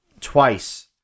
Twice